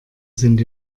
sind